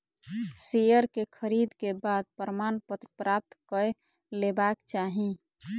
share के खरीद के बाद प्रमाणपत्र प्राप्त कय लेबाक चाही